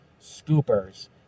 scoopers